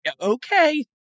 okay